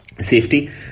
Safety